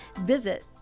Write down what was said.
visit